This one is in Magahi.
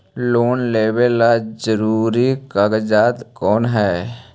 लोन लेब ला जरूरी कागजात कोन है?